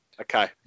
Okay